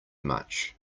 much